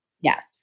Yes